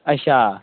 अच्छा